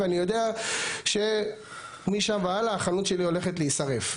ואני יודע שמשם והלאה החנות שלי הולכת להישרף,